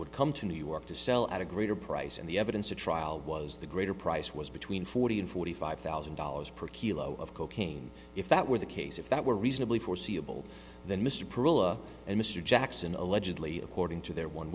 would come to new york to sell at a greater price and the evidence the trial was the greater price was between forty and forty five thousand dollars per kilo of cocaine if that were the case if that were reasonably foreseeable then mr perla and mr jackson allegedly according to their one